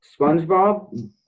Spongebob